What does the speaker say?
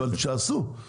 אבל שיעשו,